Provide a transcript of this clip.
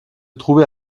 trouvait